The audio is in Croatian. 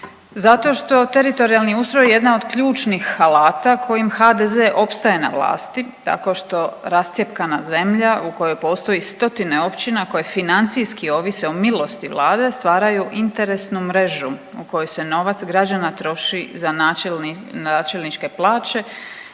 Zato što teritorijalni ustroj je jedna od ključnih alata kojim HDZ opstaje na vlasti tako što rascjepkana zemlja u kojoj postoji stotine općina koje financijski ovise o milosti Vlade stvaraju interesnu mrežu u kojoj se novac građana troši za načelničke plaće,